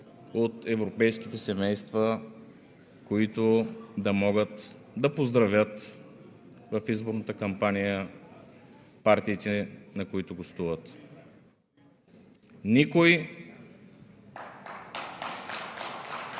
от европейските семейства, които да могат да поздравят в изборната кампания партиите, на които гостуват. (С